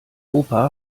opa